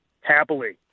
happily